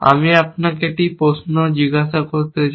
আমি আপনাকে একটি প্রশ্ন জিজ্ঞাসা করতে চাই